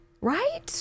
right